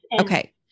okay